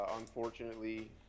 Unfortunately